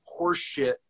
horseshit